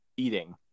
Eating